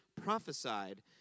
prophesied